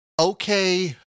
okay